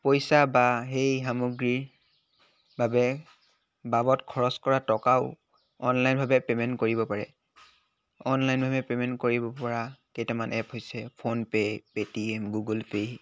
পইচা বা সেই সামগ্ৰীৰ বাবে বাবত খৰচ কৰা টকাও অনলাইনভাৱে পে'মেণ্ট কৰিব পাৰে অনলাইনভাৱে পে'মেণ্ট কৰিব পৰা কেইটামান এপ হৈছে PhonePe' Paytm Google pay